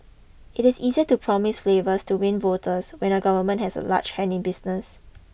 it is easier to promise flavours to win voters when a government has a large hand in business